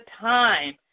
time